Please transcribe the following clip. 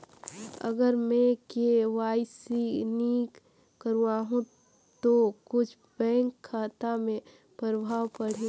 अगर मे के.वाई.सी नी कराहू तो कुछ बैंक खाता मे प्रभाव पढ़ी?